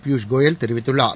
பியூஷ் கோயல் தெரிவித்துள்ளார்